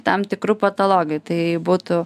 tam tikrų patologijų tai būtų